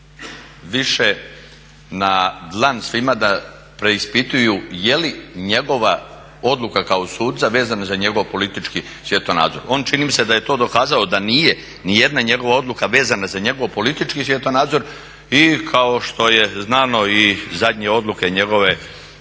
više na dlan svima da preispituju je li njegova odluka kao suca vezana za njegov politički svjetonazor. On, čini mi se da je to dokazao da nije nijedna njegova odluka vezana za njegov politički svjetonazor. I kao što je znano i zadnje odluke njegove kao